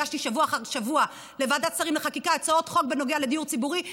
הגשתי שבוע אחר שבוע לוועדת שרים לחקיקה הצעות חוק בנוגע לדיור ציבורי,